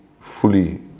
fully